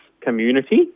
community